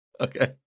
Okay